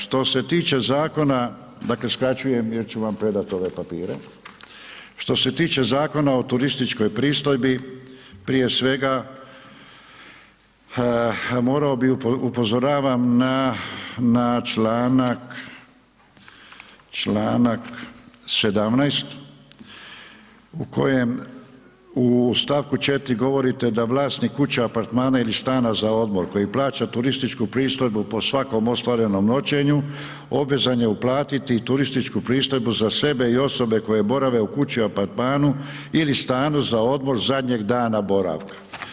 Što se tiče zakona, dakle skraćujem jer ću vam predat ove papire, što se tiče Zakona o turističkoj pristojbi prije svega morao bi, upozoravam na, na Članak 17. u kojem u stavku 4. govorite da vlasnik kuće, apartmana ili stana za odmor koji plaća turističku pristojbu po svakom ostvarenom noćenju obvezan je uplatiti turističku pristojbu za sebe i osobe koje borave u kući, apartmanu ili stanu za odmor zadnjeg dana boravka.